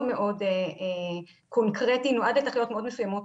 מאוד קונקרטי ונועד לתכליות מאוד מסוימות,